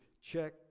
check